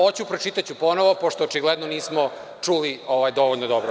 Hoću, pročitaću ponovo, pošto očigledno nismo čuli dovoljno dobro.